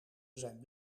zijn